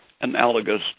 analogous